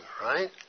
right